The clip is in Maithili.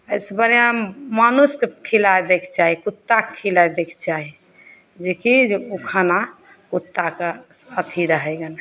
एहिसँ बढ़िआँ मानुसके खिलाए दै कऽ चाही कुत्ता कऽ खिलाए दै कऽ चाही जेकि जे ओ खाना कुत्ता कऽ अथी रहै गन